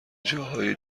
جاهای